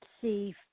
see